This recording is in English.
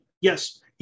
Yes